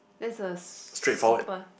this is a super